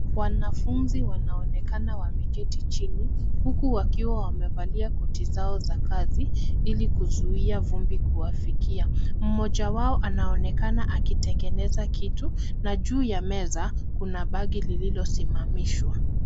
Wanafunzi wanaonekana wameketi chini, huku wakiwa wamevalia koti zao za kazi, ili kuzuia vumbi kuwafikia. Mmoja wa anaonekana akitengeneza kitu, na juu ya meza kuna bagi lililosimamishwa.